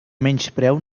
menyspreu